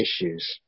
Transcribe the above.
issues